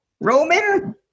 Roman